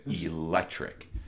electric